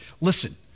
listen